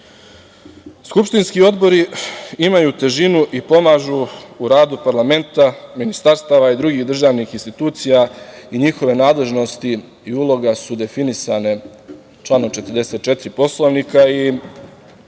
3%.Skupštinski odbori imaju težinu i pomažu u radu parlamenta, ministarstava i drugih državnih institucija i njihove nadležnosti i uloga su definisane članom 44. Poslovnika. Narodni